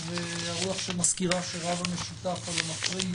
והרוח שמזכירה שרב המשותף על המפריד